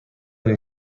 این